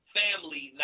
family